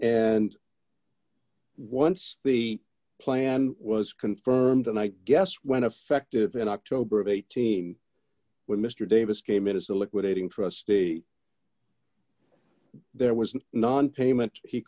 and once the plan was confirmed and i guess when effective in october of eighteen when mr davis came in as a liquidating trustee there was nonpayment he